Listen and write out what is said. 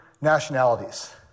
nationalities